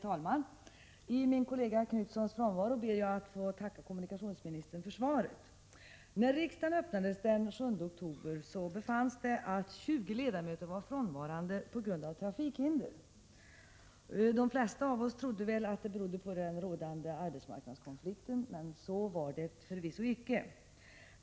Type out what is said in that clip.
Herr talman! I min kollega Göthe Knutsons frånvaro ber jag att få tacka kommunikationsministern för svaret. När riksmötet öppnades den 7 oktober befanns det att 20 ledamöter var frånvarande på grund av trafikhinder. De flesta av oss trodde väl att det berodde på den rådande arbetskonflikten, men så var det förvisso icke.